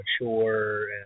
mature